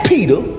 Peter